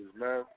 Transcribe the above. man